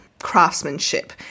craftsmanship